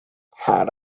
had